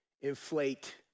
inflate